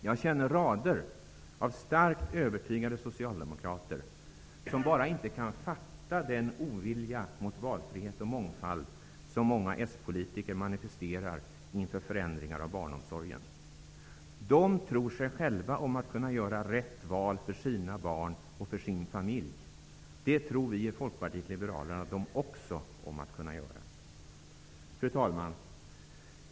Jag känner rader av starkt övertygade socialdemokrater som bara inte kan fatta den ovilja mot valfrihet och mångfald som många - politiker manifesterar inför förändringar av barnomsorgen. De tror sig själva om att kunna göra rätt val för sina barn och för sin familj. Det tror också vi i Folkpartiet liberalerna dem om att kunna göra. Fru talman!